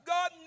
God